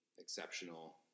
exceptional